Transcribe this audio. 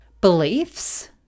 beliefs